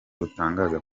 butangaza